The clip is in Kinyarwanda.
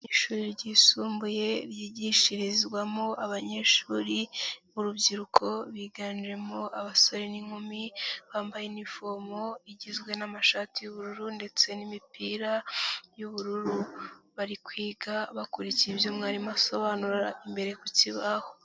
Ishuri ryisumbuye ryigishirizwamo abanyeshuri mu urubyiruko biganjemo abasore n'inkumi, bambaye inifomo igizwe n'amashati y'ubururu ndetse n'imipira y'ubururu, bari kwiga bakurikiye ibyo umwarimu asobanura imbere ku kibaho.